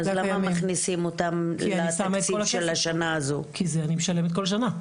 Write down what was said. אני משלמת עליהם כל שנה,